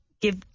give